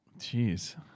Jeez